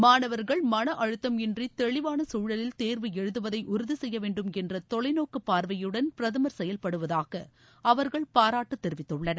மாணவர்கள் மன அழுத்தமின்றி தெளிவான சூழலில் தேர்வு எழுதுவதை உறுதி செய்ய வேண்டும் என்ற தொலைநோக்கு பார்வையுடன் பிரதமர் செயல்படுவதாக அவர்கள் பாராட்டு தெரிவித்துள்ளனர்